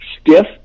stiff